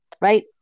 right